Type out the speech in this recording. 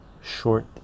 Short